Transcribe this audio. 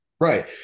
Right